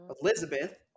Elizabeth